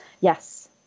yes